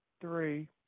three